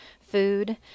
food